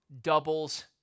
doubles